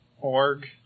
org